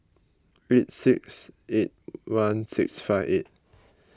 eight six eight one six five eight